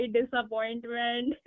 disappointment